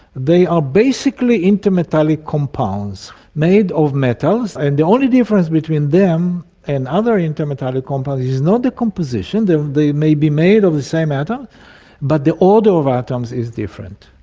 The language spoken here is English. they are basically intermetallic compounds made of metals, and the only difference between them and other intermetallic compounds is not the composition. they may be made of the same matter but the order of atoms is different.